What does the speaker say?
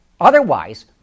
Otherwise